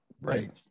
right